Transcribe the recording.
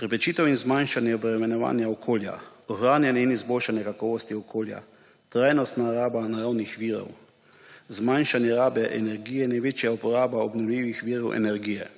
preprečitev in zmanjšanje obremenjevanja okolja, ohranjanje in izboljšanje kakovosti okolja, trajnostna raba naravnih virov, zmanjšanje rabe energije in večja uporaba obnovljivih virov energije,